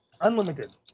Unlimited